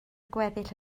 gweddill